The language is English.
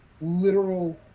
literal